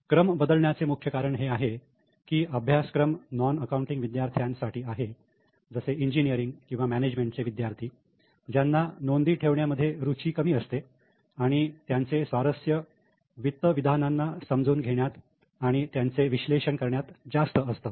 क्रम बदलण्याचे मुख्य कारण हे आहे की हा अभ्यासक्रम नॉन अकाउंटिंग विद्यार्थ्यांसाठी आहे जसे इंजीनियरिंग किंवा मॅनेजमेंट चे विद्यार्थी ज्यांना नोंदी ठेवण्या मध्ये रुची कमी असते आणि त्यांचे स्वारस्य वित्त विधानांना समजून घेण्यात आणि त्यांचे विश्लेषण करण्यात जास्त असतो